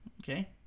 Okay